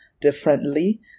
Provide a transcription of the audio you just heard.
differently